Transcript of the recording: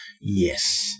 Yes